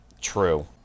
True